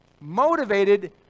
motivated